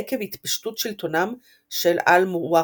עקב התפשטות שלטונם של אל-מווחידון.